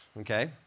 okay